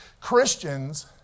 Christians